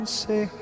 say